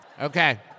Okay